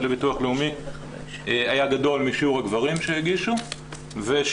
לביטוח לאומי היה גדול משיעור הגברים שהגישו ושיעור